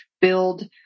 build